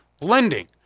lending